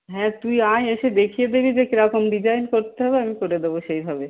হ্যাঁ তুই আয় এসে দেখিয়ে দিবি যে কিরকম ডিজাইন করতে হবে আমি করে দেবো সেইভাবে